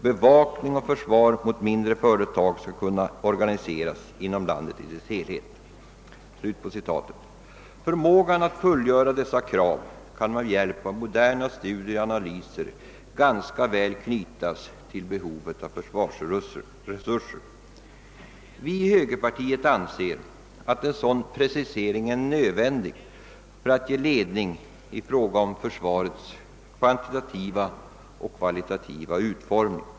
Bevakning och försvar mot mindre företag skall kunna organiseras inom landet i dess helhet.» Förmågan att uppfylla dessa krav kan med hjälp av moderna studier och analyser ganska väl anknytas till behovet av försvarsresurser. Vi i högerpartiet anser att en sådan precisering som denna är nödvändig för att ge ledning i fråga om försvarets kvantitativa och kvalitativa utformning.